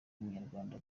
umunyarwanda